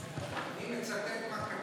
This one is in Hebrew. אני מצטט מה שכתוב.